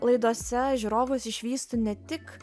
laidose žiūrovus išvystų ne tik